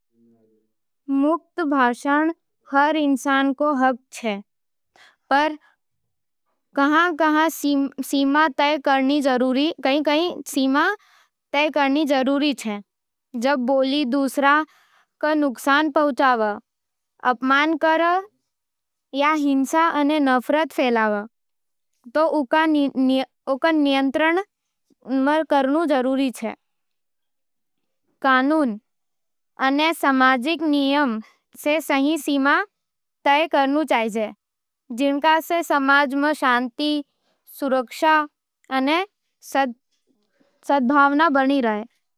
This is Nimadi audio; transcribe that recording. मुक्त भाषण हर इंसान रो हक है, पर कहां-कहां सीमा तय करणी जरूरी छे। जब बोली दूसरां रो नुकसान पहुंचावै, अपमान करे या हिंसा अने नफरत फैलावै, तो उँका नियंत्रित करनू जरूरी होवा। कानून अने समाजिक नियमां सै सही सीमा तय होवैं, जिणसें समाज में शांति, सुरक्षा अने सदभाव बनी रहै।